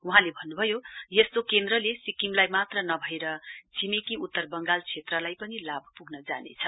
वहाँले भन्नुभयो यस्तो केन्द्रले सिक्किमलाई मात्र नभएर छिमेकी उत्तर बंगाल क्षेत्रलाई पनि लाभ पुग्न जानेछ